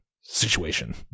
situation